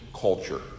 culture